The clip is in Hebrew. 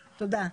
תודה.